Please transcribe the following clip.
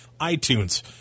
iTunes